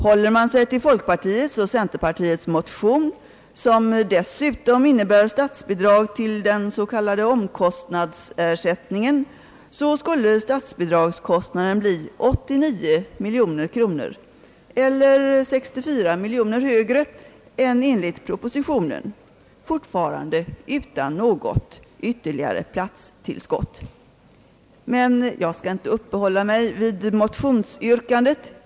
Håller man sig till folkpartiets och centerpartiets motion som dessutom innebär statsbidrag till den s.k. omkostnadsersättningen, så skulle statsbidragskostnaden bli 89 miljoner kronor eller 64 miljoner kronor högre än enligt propositionen, fortfarande utan något ytterligare platstillskott. Men jag skall inte uppehålla mig vid motionsyrkandet.